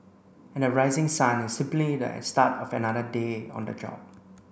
and the rising sun is simply the start of another day on the job